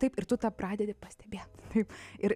taip ir tu tą pradedi pastebėt taip ir